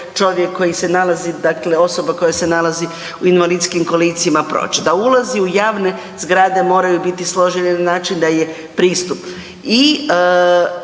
čovjek koji se nalazi, dakle osoba koja se nalazi u invalidskim kolicima proći, da ulazi u javne zgrade moraju biti složeni na način da je pristup